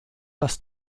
das